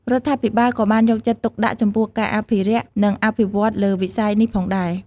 រដ្ឋាភិបាលក៏បានយកចិត្តទុកដាក់ចំពោះការអភិរក្ស និងអភិវឌ្ឍន៍លើវិស័យនេះផងដែរ។